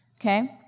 okay